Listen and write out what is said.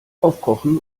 aufkochen